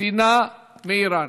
הספינה "מריאן".